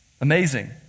Amazing